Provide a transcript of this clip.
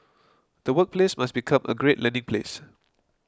the workplace must become a great learning place